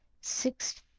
Six